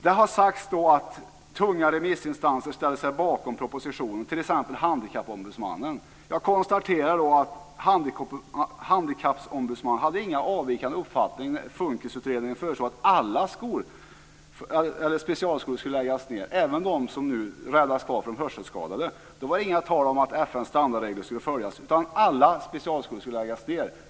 Det har sagts att tunga remissinstanser ställer sig bakom propositionen, t.ex. Handikappombudsmannen. Jag konstaterar att Handikappombudsmannen inte hade någon avvikande uppfattning när FUNKIS utredningen föreslog att alla specialskolor skulle läggas ned, även de som nu räddas för hörselskadade. Det var inget tal om att FN:s standardregler skulle följas, utan alla specialskolor skulle läggas ned.